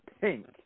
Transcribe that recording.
pink